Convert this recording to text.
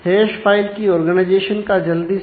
hash file है